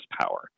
power